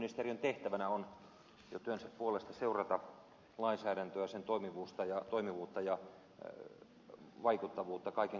oikeusministeriön tehtävänä on jo työnsä puolesta seurata lainsäädäntöä sen toimivuutta ja vaikuttavuutta kaiken kaikkiaan